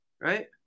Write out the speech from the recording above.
right